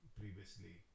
previously